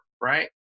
right